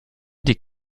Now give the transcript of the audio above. des